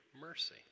mercy